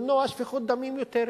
למנוע שפיכות דמים מיותרת,